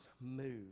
move